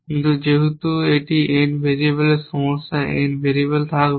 কিন্তু যেহেতু একটি N ভেরিয়েবলের সমস্যায় N ভেরিয়েবল থাকবে